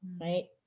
right